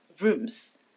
rooms